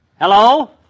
Hello